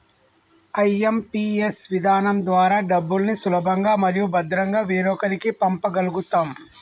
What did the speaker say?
IMPS విధానం ద్వారా డబ్బుల్ని సులభంగా మరియు భద్రంగా వేరొకరికి పంప గల్గుతం